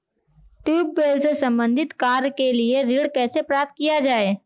Tubewell से संबंधित कार्य के लिए ऋण कैसे प्राप्त किया जाए?